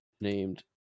Named